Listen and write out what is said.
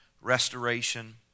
restoration